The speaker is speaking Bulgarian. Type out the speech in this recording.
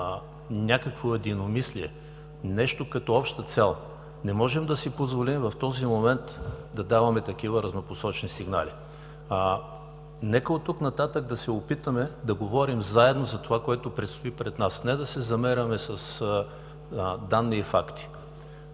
някакво единомислие, нещо като обща цел. Не можем да си позволим в този момент да даваме такива разнопосочни сигнали. Нека от тук нататък да се опитаме да говорим заедно за това, което предстои пред нас, не да се замеряме с данни и факти.